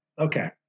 Okay